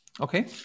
Okay